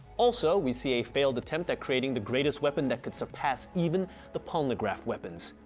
also we see a failed attempt at creating the greatest weapon that could surpass even the poneglyph weapons,